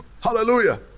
Hallelujah